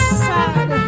sad